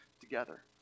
together